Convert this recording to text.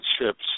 ships